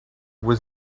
was